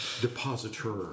Depositor